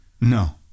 No